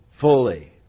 fully